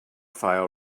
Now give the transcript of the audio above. file